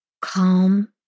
calm